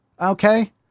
Okay